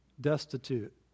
destitute